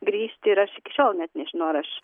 grįžti ir aš iki šiol net nežinau ar aš